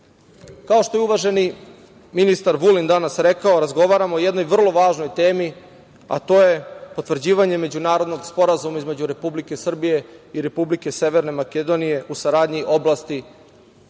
Kao što je uvaženi ministar Vulin danas rekao, razgovaramo o jednoj vrlo važnoj temi, a to je potvrđivanje međunarodnog sporazuma između Republike Srbije i Republike Severne Makedonije o saradnji u oblasti protiv